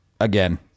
again